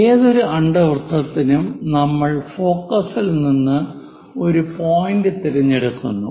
ഏതൊരു അണ്ഡവൃത്തത്തിനും നമ്മൾ ഫോക്കസിൽ നിന്ന് ഒരു പോയിന്റ് തിരഞ്ഞെടുക്കുന്നു